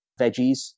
veggies